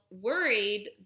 worried